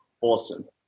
awesome